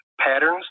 patterns